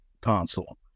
console